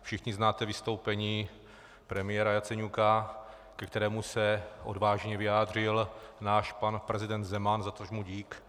Všichni znáte vystoupení premiéra Jaceňuka, ke kterému se odvážně vyjádřil náš pan prezident Zeman, za což mu dík.